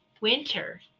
winter